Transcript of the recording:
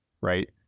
right